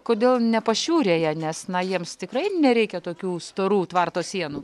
kodėl ne pašiūrėje nes na jiems tikrai nereikia tokių storų tvarto sienų